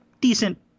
decent